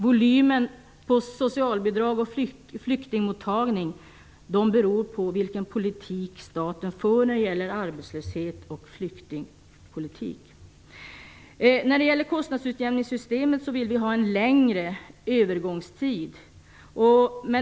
Volymen på socialbidrag och flyktningmottagning beror på vilken politik staten för när det gäller arbetslöshet och flyktingar. När det gäller kostnadsutjämningssystemet vill vi ha en längre övergångstid.